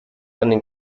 einen